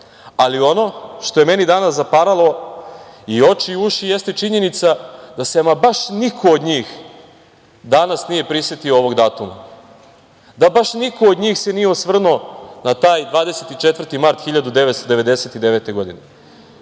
Ali, ono što je meni danas zapralo i oči i uši jeste činjenica da se ama baš niko od njih danas nije prisetio ovog datuma, da baš niko od njih se nije osvrnuo na taj 24. mart 1999. godine.